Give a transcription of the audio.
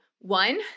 one